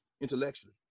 intellectually